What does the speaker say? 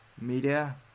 Media